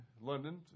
London